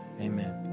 Amen